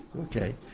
okay